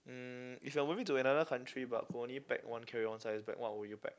mm if you moving to another country but only pack one carry on size bag what would you pack